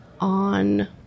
on